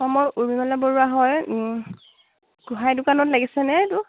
অঁ মই উৰ্মিমালা বৰুৱা হয় গোহাঁই দোকানত লাগিছেনে